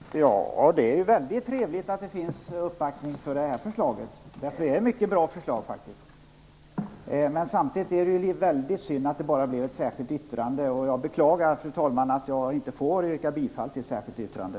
Fru talman! Det är väldigt trevligt att det finns uppbackning för det här förslaget. Det är faktiskt ett mycket bra förslag. Men samtidigt är det väldigt synd att det bara blev ett särskilt yttrande, och jag beklagar, fru talman, att jag inte får yrka bifall till ett särskilt yttrande.